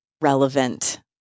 relevant